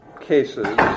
cases